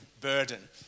burden